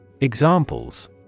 Examples